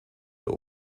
der